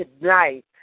tonight